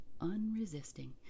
unresisting